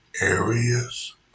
areas